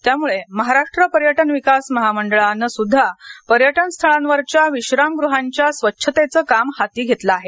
त्यामुळे महाराष्ट्र पर्यटन विकास महामंडळाने एमटीडीसी सुद्धा पर्यटनस्थळांवरच्या विश्रामगृहाच्या स्वच्छतेच काम हाती घेतले आहे